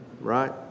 right